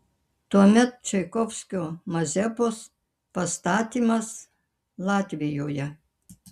tuomet čaikovskio mazepos pastatymas latvijoje